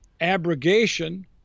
abrogation